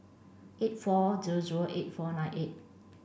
eight four zero zero eight four nine eight